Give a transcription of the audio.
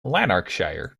lanarkshire